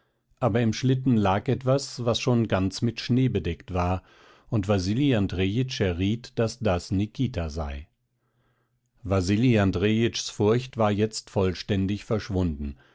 aber im schlitten lag etwas was schon ganz mit schnee bedeckt war und wasili andrejitsch erriet daß das nikita sei wasili andrejitschs furcht war jetzt vollständig verschwunden